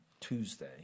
Tuesday